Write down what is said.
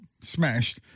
smashed